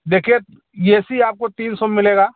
देखिए ये सी आपको तीन सौ में मिलेगा